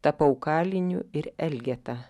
tapau kaliniu ir elgeta